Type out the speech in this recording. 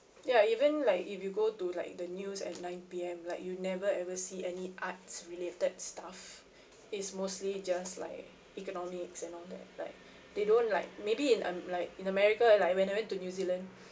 ya even like if you go to like the news at nine P_M like you never ever see any arts related stuff it's mostly just like economics and all that like they don't like maybe in um like in america and like when I went to new zealand